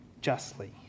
justly